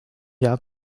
jahr